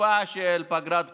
תקופה של פגרת בחירות,